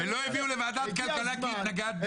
הם לא העבירו לוועדת הכלכלה כי התנגדנו,